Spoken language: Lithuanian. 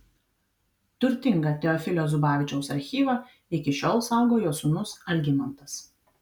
turtingą teofilio zubavičiaus archyvą iki šiol saugo jo sūnus algimantas